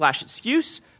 excuse